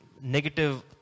negative